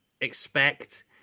expect